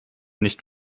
nicht